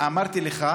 אמרתי לך,